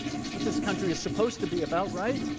is what this country is supposed to be about, right?